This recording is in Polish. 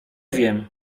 wiem